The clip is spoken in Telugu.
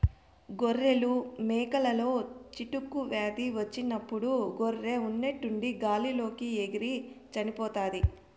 గొర్రెలు, మేకలలో చిటుకు వ్యాధి వచ్చినప్పుడు గొర్రె ఉన్నట్టుండి గాలి లోకి ఎగిరి చనిపోతాది